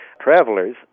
Travelers